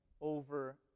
over